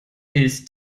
ist